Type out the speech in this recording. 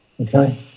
Okay